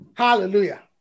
Hallelujah